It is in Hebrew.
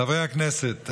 חברי הכנסת,